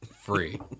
free